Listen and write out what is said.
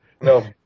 No